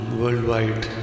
worldwide